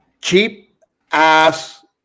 cheap-ass